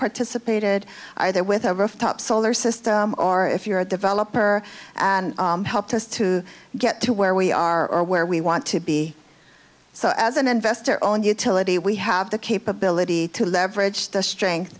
participated either with of a top solar system or if you're a developer and helped us to get to where we are where we want to be so as an investor owned utility we have the capability to leverage the strength